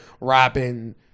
rapping